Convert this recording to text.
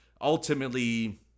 ultimately